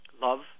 love